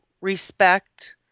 respect